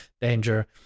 danger